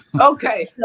Okay